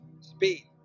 Speed